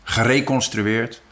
Gereconstrueerd